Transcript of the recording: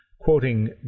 Quoting